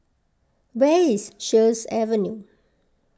where is Sheares Avenue